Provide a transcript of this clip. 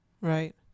Right